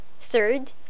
Third